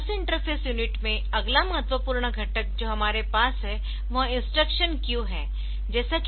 तो बस interface unit में अगला महत्वपूर्ण घटक जो हमारे पास है वह इंस्ट्रक्शन क्यू है